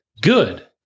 good